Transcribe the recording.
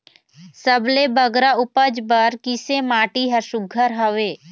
सबले बगरा उपज बर किसे माटी हर सुघ्घर हवे?